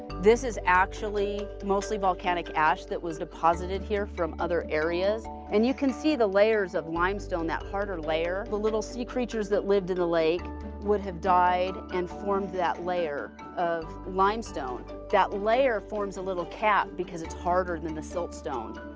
this is mostly volcanic ash that was deposited here from other areas, and you can see the layers of limestone, that harder layer. the little sea creatures that lived in the lake would have died and formed that layer of limestone. that layer forms a little cap because it's harder than the silt stone,